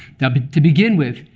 but to begin with,